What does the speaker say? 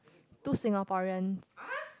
two Singaporeans